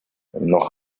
noch